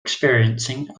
experiencing